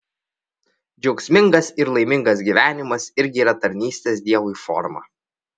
džiaugsmingas ir laimingas gyvenimas irgi yra tarnystės dievui forma